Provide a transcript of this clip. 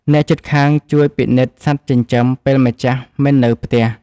អ្នកជិតខាងជួយពិនិត្យសត្វចិញ្ចឹមពេលម្ចាស់មិននៅផ្ទះ។